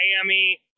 Miami